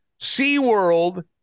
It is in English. SeaWorld